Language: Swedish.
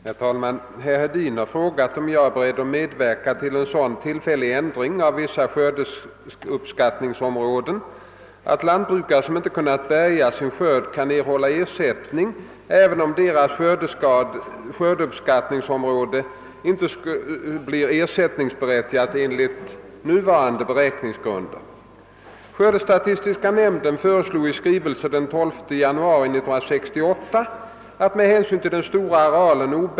Herr talman! Herr. Hedin har frågat, om jag är beredd medverka till sådan tillfällig ändring av vissa skördeuppskattningsområden att lantbrukare som icke kunnat bärga sin skörd kan erhålla ersättning även om deras skördeuppskattningsområde icke blir ersättningsberättigat enligt nuvarande sberäkningsgrunder. Skördestatistiska nämnden föreslog i skrivelse den 12 januari 1968 att, med hänsyn till den stora.